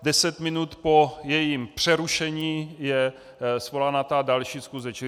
Deset minut po jejím přerušení je svolána ta další schůze.